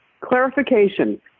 clarification